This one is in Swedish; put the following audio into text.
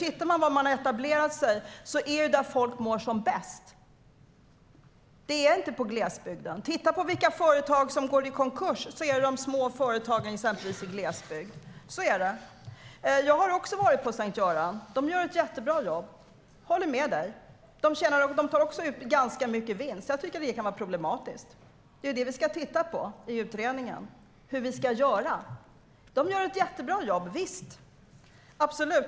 Tittar man på var de har etablerat sig är det nämligen där. Det är inte i glesbygden. Titta på vilka företag som går i konkurs! Det är de små företagen i exempelvis glesbygd. Så är det. Jag har också varit på Sankt Görans. De gör ett jättebra jobb; jag håller med dig. De tar också ut ganska stor vinst, och jag tycker att det kan vara problematiskt. Det är det vi ska titta på i utredningen, alltså hur vi ska göra. De gör ett jättebra jobb - visst, absolut!